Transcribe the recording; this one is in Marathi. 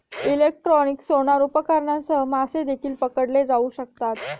इलेक्ट्रॉनिक सोनार उपकरणांसह मासे देखील पकडले जाऊ शकतात